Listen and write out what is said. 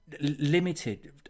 limited